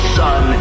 son